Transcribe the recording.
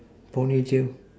ponytail